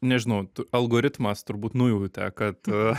nežinau algoritmas turbūt nujautė kad